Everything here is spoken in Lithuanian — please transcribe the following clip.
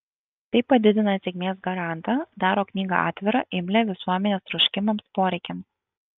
tai padidina sėkmės garantą daro knygą atvirą imlią visuomenės troškimams poreikiams